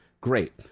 Great